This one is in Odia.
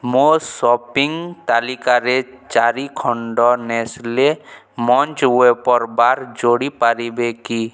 ମୋ ସପିଂ ତାଲିକାରେ ଚାରି ଖଣ୍ଡ ନେସ୍ଲେ ମଞ୍ଚ୍ ୱେଫର୍ ବାର୍ ଯୋଡ଼ି ପାରିବେ କି